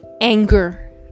anger